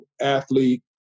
athlete